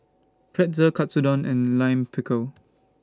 Pretzel Katsudon and Lime Pickle